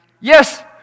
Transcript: Yes